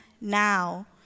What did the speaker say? now